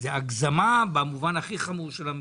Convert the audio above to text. זו הגזמה במובן הכי חמור של המילה.